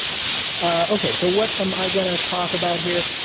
ah okay, so what am i going to talk about here?